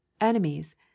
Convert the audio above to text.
enemies